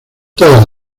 todas